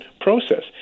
process